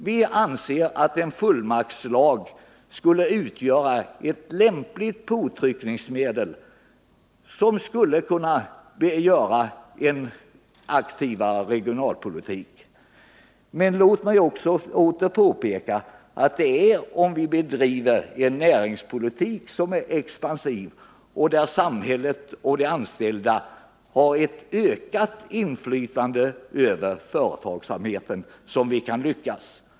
Vi anser att en fullmaktslag skulle utgöra ett lämpligt påtryckningsmedel för att åstadkomma en aktivare regionalpolitik. Men låt mig åter påpeka att vi bara kan lyckas om vi bedriver en expansiv näringspolitik, där samhället och de anställda har ett ökat inflytande över företagsamheten.